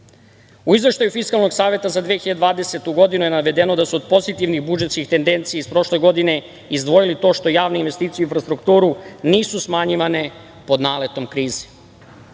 Izveštaju Fiskalnog saveta za 2020. godinu je navedeno da su od pozitivnih budžetskih tendencija iz prošle godine izdvojili to što javne investicije u infrastrukturu nisu smanjivane pod naletom krize.